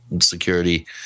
security